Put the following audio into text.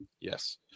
Yes